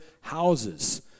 houses